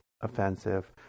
offensive